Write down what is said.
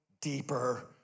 deeper